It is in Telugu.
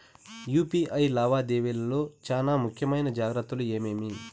యు.పి.ఐ లావాదేవీల లో చానా ముఖ్యమైన జాగ్రత్తలు ఏమేమి?